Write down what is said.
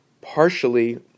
partially